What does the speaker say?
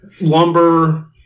lumber